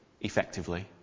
effectively